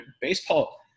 Baseball